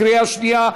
בקריאה שנייה.